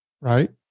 right